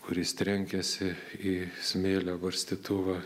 kuris trenkėsi į smėlio barstytuvą